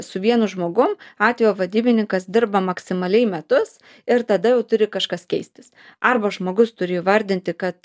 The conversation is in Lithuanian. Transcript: su vienu žmogum atvejo vadybininkas dirba maksimaliai metus ir tada jau turi kažkas keistis arba žmogus turi įvardinti kad